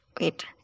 wait